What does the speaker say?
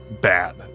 bad